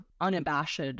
unabashed